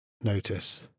notice